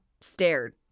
stared